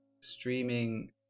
streaming